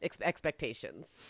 expectations